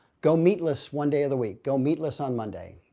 go meatless one day of the week. go meatless on monday.